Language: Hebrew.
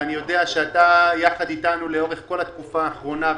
ואני יודע שאתה יחד אתנו לאורך כל התקופה האחרונה,